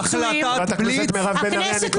חברת הכנסת מירב בן ארי, אני קורא אותך לסדר.